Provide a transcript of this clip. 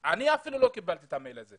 אני אפילו עוד לא קיבלתי את המייל הזה.